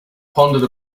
pondered